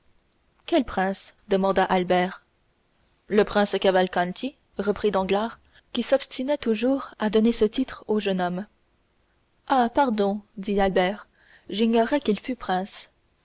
quel prince demanda albert le prince cavalcanti reprit danglars qui s'obstinait toujours à donner ce titre au jeune homme ah pardon dit albert j'ignorais qu'il fût